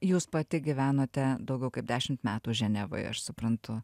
jūs pati gyvenote daugiau kaip dešimt metų ženevoje aš suprantu